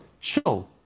chill